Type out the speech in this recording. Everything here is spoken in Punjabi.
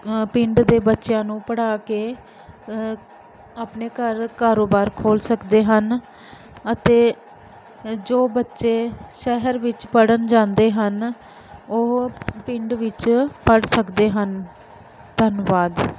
ਪਿੰਡ ਦੇ ਬੱਚਿਆਂ ਨੂੰ ਪੜ੍ਹਾ ਕੇ ਆਪਣੇ ਘਰ ਕਾਰੋਬਾਰ ਖੋਲ੍ਹ ਸਕਦੇ ਹਨ ਅਤੇ ਜੋ ਬੱਚੇ ਸ਼ਹਿਰ ਵਿੱਚ ਪੜ੍ਹਨ ਜਾਂਦੇ ਹਨ ਉਹ ਪਿੰਡ ਵਿੱਚ ਪੜ੍ਹ ਸਕਦੇ ਹਨ ਧੰਨਵਾਦ